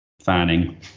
fanning